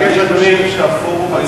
אני מבקש, אדוני, הצעה אחרת.